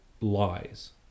lies